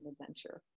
adventure